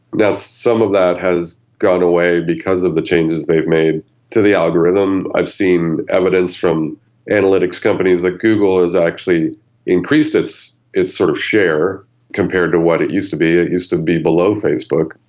yeah some of that has gone away because of the changes they've made to the algorithm. i have seen evidence from analytics companies that google has actually increased its its sort of share compared to what it used to be. it used to be below facebook.